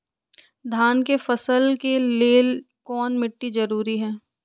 धान के फसल के लेल कौन मिट्टी जरूरी है?